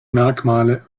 merkmale